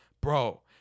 Bro